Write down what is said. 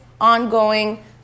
ongoing